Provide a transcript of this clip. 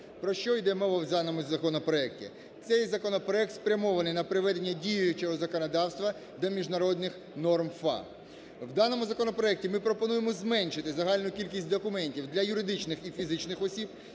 Про що іде мова в даному законопроекті? Цей законопроект спрямований на приведення діючого законодавства до міжнародних норм ФA. В даному законопроекті ми пропонуємо зменшити загальну кількість документів для юридичних і фізичних осіб